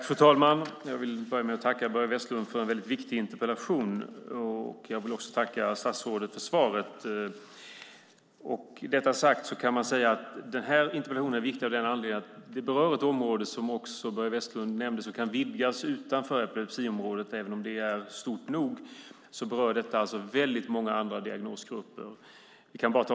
Fru talman! Jag vill börja med att tacka Börje Vestlund för en mycket viktig interpellation, och jag vill också tacka statsrådet för svaret. Den här interpellationen är viktig och berör, som också Börje Vestlund nämnde, ett område som kan vidgas utanför epilepsiområdet även om det är stort nog. Det berör också många andra diagnosgrupper.